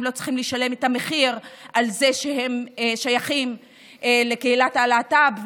הם לא צריכים לשלם את המחיר על זה שהם שייכים לקהילת הלהט"ב,